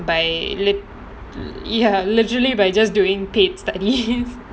by lit~ ya literally by just doing paid study